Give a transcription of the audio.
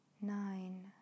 nine